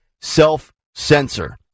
self-censor